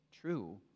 true